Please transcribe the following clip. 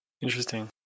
Interesting